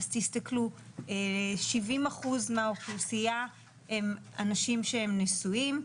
אז תסתכלו 70 אחוז מהאוכלוסייה הם אנשים שהם נשואים,